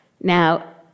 Now